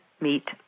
meet